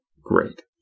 Great